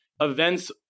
events